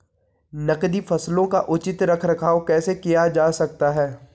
नकदी फसलों का उचित रख रखाव कैसे किया जा सकता है?